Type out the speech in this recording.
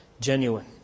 genuine